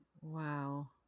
Wow